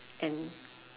and